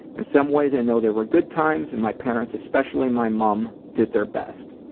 in some ways i know there were good times and my parents, especially my mum, did their best.